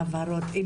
ההבהרות.